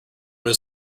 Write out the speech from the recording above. what